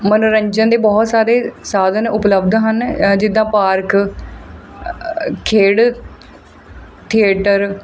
ਮਨੋਰੰਜਨ ਦੇ ਬਹੁਤ ਸਾਰੇ ਸਾਧਨ ਉੱਪਲਬਧ ਹਨ ਜਿੱਦਾਂ ਪਾਰਕ ਖੇਡ ਥੀਏਟਰ